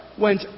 went